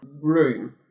room